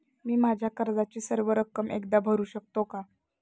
मी माझ्या कर्जाची सर्व रक्कम एकदा भरू शकतो का?